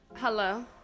hello